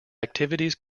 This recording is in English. activities